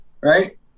right